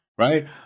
Right